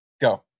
Go